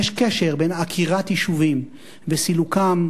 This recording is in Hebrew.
יש קשר בין עקירת יישובים וסילוקם,